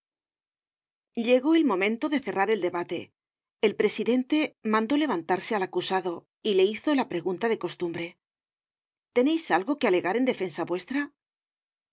negativas llegó el momento de cerrar el debate el presidente mandó levantarse al acusado y le hizo la pregunta de costumbre teneis algo que alegar en defensa vuestra